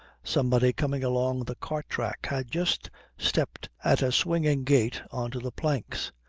somebody coming along the cart-track had just stepped at a swinging gait on to the planks.